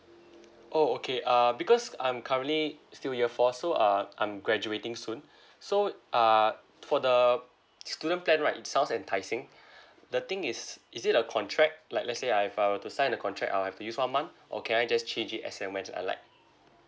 oh okay uh because I'm currently still year four so uh I'm graduating soon so uh for the student plan right it sounds enticing the thing is is it a contract like let's say I were to sign the contract I'll have to use one month or can I just change it as and when I alike